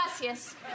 Gracias